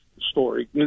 story